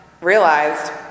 realized